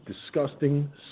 disgusting